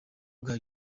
bwa